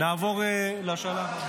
הוא השר לביטחון לאומי.